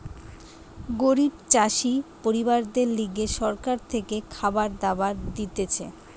গরিব চাষি পরিবারদের লিগে সরকার থেকে খাবার দাবার দিতেছে